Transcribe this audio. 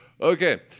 Okay